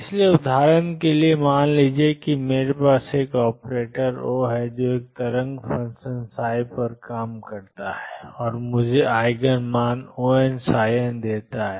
इसलिए उदाहरण के लिए मान लीजिए कि मेरे पास एक ऑपरेटर O है जो एक तरंग फ़ंक्शन पर काम करता है और मुझे आइगन मान Onn देता है